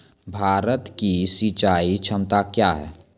भारत की सिंचाई क्षमता क्या हैं?